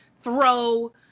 throw